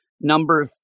number